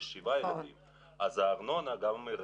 יש שבעה ילדים אז הארנונה היא רגילה.